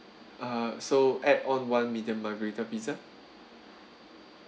uh so add on one medium margherita pizza